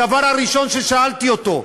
הדבר הראשון ששאלתי אותו,